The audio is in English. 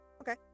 Okay